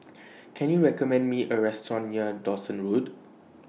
Can YOU recommend Me A Restaurant near Dawson Road